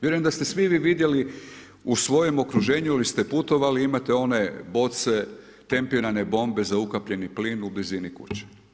Vjerujem da ste svi vi vidjeli u svojem okruženju ili ste putovali, imate one boce, tempirane bombe za ukapljeni plin u blizini kuće.